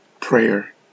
prayer